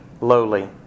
lowly